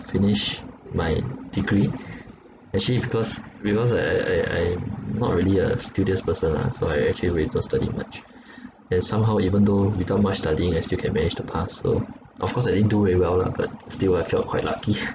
finish my degree actually because because I I I'm not really a studious person lah so I actually really don't study much and somehow even though without much studying I still can manage to pass so of course I didn't do very well lah but still I felt quite lucky